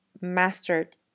mastered